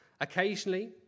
Occasionally